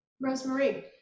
Rosemary